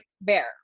bear